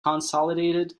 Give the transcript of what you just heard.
consolidated